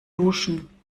duschen